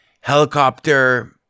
helicopter